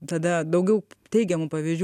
tada daugiau teigiamų pavyzdžių